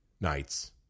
nights